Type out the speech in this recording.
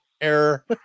error